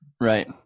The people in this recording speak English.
right